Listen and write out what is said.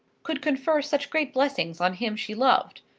could confer such great blessings on him she loved?